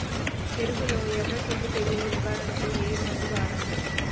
చెఱకులో ఎర్రకుళ్ళు తెగులు నివారణకు ఏ మందు వాడాలి?